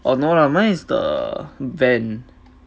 oh no lah mine is the van